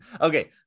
okay